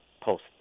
post